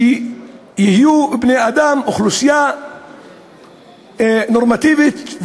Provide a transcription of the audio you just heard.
שבני-אדם יהיו, אוכלוסייה נורמטיבית.